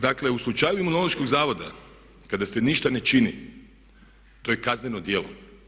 Dakle u slučaju Imunološkog zavoda kada se ništa ne čini to je kazneno djelo.